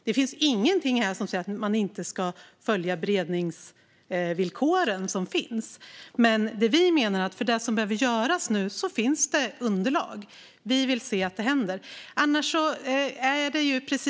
Det finns ingenting här som säger att man inte ska följa de beredningsvillkor som finns. Men vi menar att det finns underlag för det som nu behöver göras. Vi vill se att det händer.